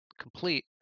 complete